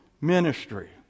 ministry